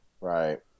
Right